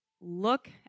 look